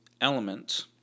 element